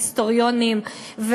והיסטוריונים,